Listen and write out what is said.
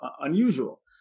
unusual